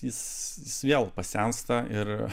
jis jis vėl pasensta ir